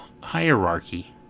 hierarchy